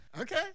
Okay